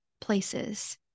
places